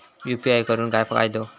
UPI करून काय फायदो?